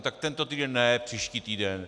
Tak tento týden ne, příští týden.